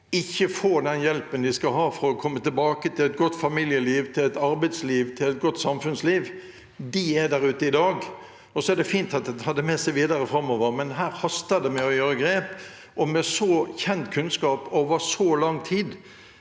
ikke får den hjelpen de skal ha for å komme tilbake til et godt familieliv, til et arbeidsliv og til et godt samfunnsliv. De er der ute i dag. Det er fint at en tar det med seg videre framover, men her haster det med å ta grep. Med så kjent kunnskap over så lang tid